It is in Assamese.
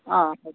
অঁ হ'ব